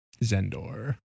Zendor